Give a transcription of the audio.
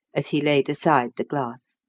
as he laid aside the glass.